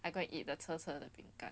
I go and eat the 车车的饼干